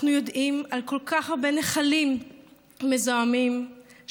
אנחנו יודעים על כל כך הרבה נחלים מזוהמים שזורמים,